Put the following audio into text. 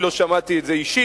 אני לא שמעתי את זה אישית,